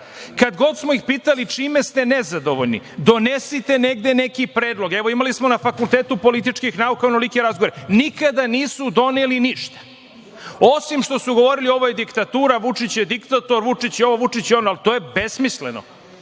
kad god smo ih pitali - čime ste nezadovoljni, donesite negde neki predlog, evo, imali smo na Fakultetu političkih nauka onolike razgovore, nikada nisu doneli ništa, osim što su govorili - ovo je diktatura, Vučić je diktator, Vučić je ovo, Vučić je ono. Ali, to je besmisleno.